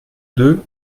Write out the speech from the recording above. deux